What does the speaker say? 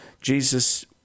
Jesus